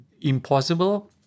impossible